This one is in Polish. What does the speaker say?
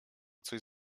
coś